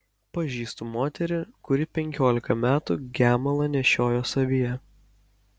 pažįstu moterį kuri penkiolika metų gemalą nešiojo savyje